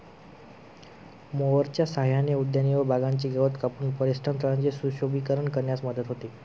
मोअरच्या सहाय्याने उद्याने व बागांचे गवत कापून पर्यटनस्थळांचे सुशोभीकरण करण्यास मदत होते